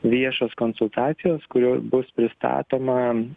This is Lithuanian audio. viešos konsultacijos kurioj bus pristatoma